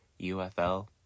UFL